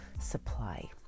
supply